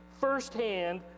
firsthand